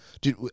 dude